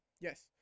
Yes